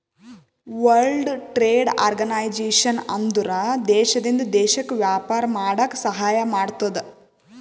world trade organisation ಅಂದುರ್ ದೇಶದಿಂದ್ ದೇಶಕ್ಕ ವ್ಯಾಪಾರ ಮಾಡಾಕ ಸಹಾಯ ಮಾಡ್ತುದ್